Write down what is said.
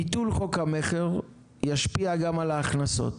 ביטול חוק המכר ישפיע גם על ההכנסות.